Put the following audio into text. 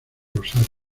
rosario